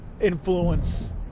influence